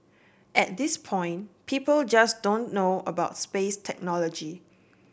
at this point people just don't know about space technology